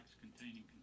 containing